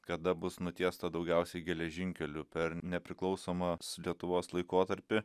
kada bus nutiesta daugiausiai geležinkelių per nepriklausomos lietuvos laikotarpį